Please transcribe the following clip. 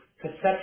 perception